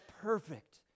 perfect